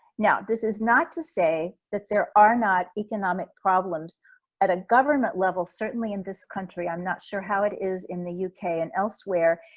now, this is not to say that there are not economic problems at a government level, certainly in this country, i'm not sure how it is in the yeah uk and elsewhere,